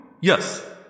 Yes